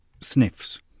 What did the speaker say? sniffs